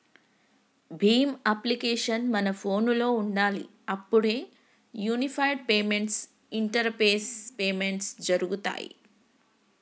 Bhim application మన ఫోనులో ఉండాలి అప్పుడే యూనిఫైడ్ పేమెంట్స్ ఇంటరపేస్ పేమెంట్స్ జరుగుతాయ్